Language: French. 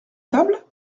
table